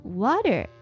water